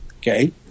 okay